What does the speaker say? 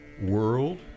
world